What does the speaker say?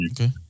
Okay